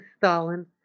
Stalin